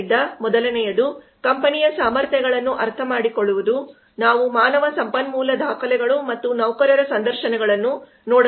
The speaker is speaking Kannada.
ಆದ್ದರಿಂದ ಮೊದಲನೆಯದು ಕಂಪನಿಯ ಸಾಮರ್ಥ್ಯಗಳನ್ನು ಅರ್ಥಮಾಡಿಕೊಳ್ಳುವುದು ನಾವು ಮಾನವ ಸಂಪನ್ಮೂಲ ದಾಖಲೆಗಳು ಮತ್ತು ನೌಕರರ ಸಂದರ್ಶನಗಳನ್ನು ನೋಡಬೇಕಾಗಿದೆ